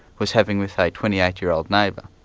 was having with a twenty eight year old neighbour.